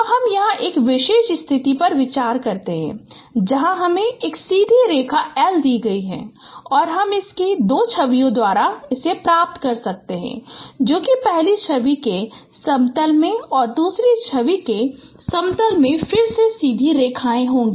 तो हम यहां एक विशेष स्थिति पर विचार करते हैं जहां हमें एक सीधी रेखा L दी गई है और हम इसकी दो छवियां प्राप्त कर सकते हैं जो कि पहली छवि के समतल में और दूसरी छवि के समतल में फिर से सीधी रेखाएं होंगी